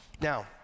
Now